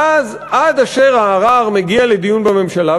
ואז עד אשר הערר מגיע לדיון בממשלה,